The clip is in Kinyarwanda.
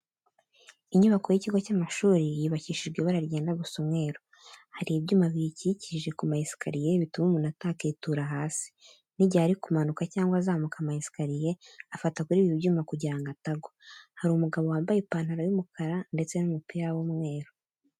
Inyubako y'ikigo cy'amashuri yubakishijwe ibara ryenda gusa umweru, hari imyuma biyicyikije kuma esikariye bituma umuntu atakitura hasi, nigihe ari kumanuka cyangwa azamuka ama esikariye afata kuri ibi nyuma kugira ngo atangwa. Hari umugabo wambaye ipantaro y'umukara ndetse n'umupira w'umweru.